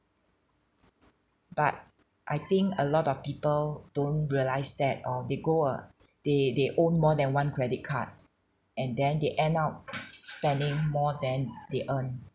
but I think a lot of people don't realise that or they go uh they they own more than one credit card and then they end up spending more than they earn